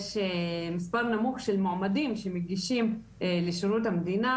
יש מספר נמוך של מועמדים שמגישים לשירות המדינה,